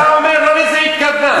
ואתה אומר: לא לזה היא התכוונה.